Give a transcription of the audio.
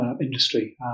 industry